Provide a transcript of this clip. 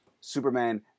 Superman